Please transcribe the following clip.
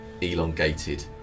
elongated